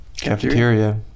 cafeteria